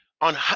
on